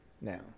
Now